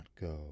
go